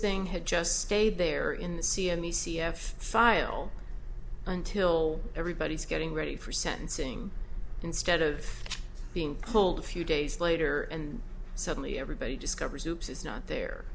thing had just stayed there in the c m e c f file until everybody's getting ready for sentencing instead of being polled a few days later and suddenly everybody discovers hoops is not there